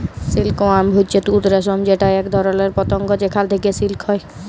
silk worm হচ্যে তুত রেশম যেটা এক ধরণের পতঙ্গ যেখাল থেক্যে সিল্ক হ্যয়